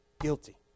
guilty